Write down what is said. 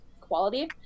quality